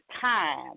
time